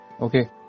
okay